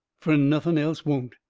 fur nothing else won't.